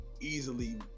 easily